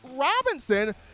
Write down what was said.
Robinson